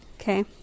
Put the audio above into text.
Okay